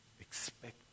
Expect